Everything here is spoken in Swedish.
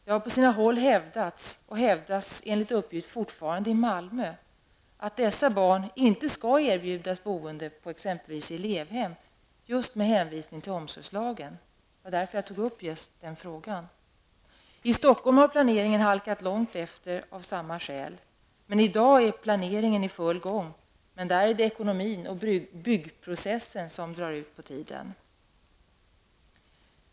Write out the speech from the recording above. Det har sina håll hävdats, och hävdas enligt uppgift fortfarande i Malmö, att dessa barn inte skall erbjudas boende på elevhem just med hänvisning till omsorgslagen -- det var därför som jag tog upp den här frågan. I Stockholm har planeringen halkat långt efter av samma skäl. I dag är planeringen i full gång, men där är det ekonomin och byggprocessen som gör att det drar ut på tiden.